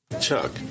Chuck